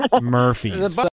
Murphy's